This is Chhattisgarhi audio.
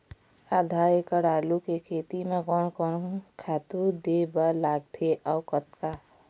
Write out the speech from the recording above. आधा एकड़ आलू के खेती म कोन कोन खातू दे बर लगथे अऊ कतका?